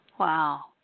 Wow